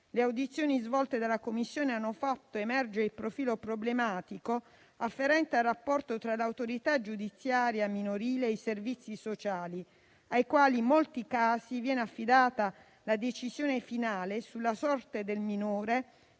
Le audizioni svolte dalla Commissione hanno fatto emergere il profilo problematico afferente al rapporto tra l'autorità giudiziaria minorile e i servizi sociali, ai quali in molti casi viene affidata la decisione finale sulla sorte del minore